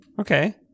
Okay